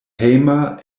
hejma